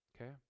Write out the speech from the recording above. okay